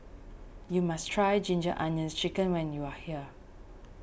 you must try Ginger Onions Chicken when you are here